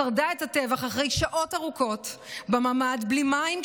שרדה בטבח אחרי שעות ארוכות בממ"ד בלי מים,